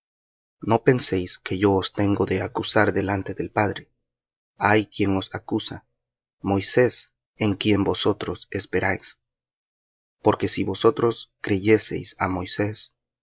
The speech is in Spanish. no penséis que yo os tengo de acusar delante del padre hay quien os acusa moisés en quien vosotros esperáis porque si vosotros creyeseis á moisés